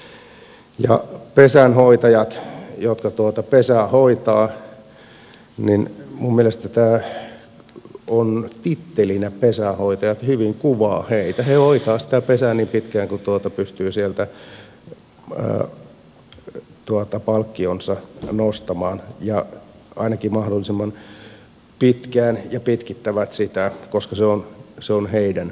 ja pesänhoitajat jotka tuota pesää hoitavat minun mielestäni tämä pesänhoitajat tittelinä hyvin kuvaa heitä hoitavat sitä pesää niin pitkään kuin pystyvät sieltä palkkionsa nostamaan ainakin mahdollisimman pitkään ja pitkittävät sitä koska se on heidän bisneksensä